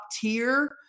tier –